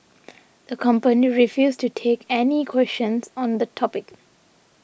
the company refused to take any questions on the topic